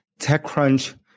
TechCrunch